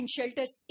Shelters